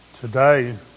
Today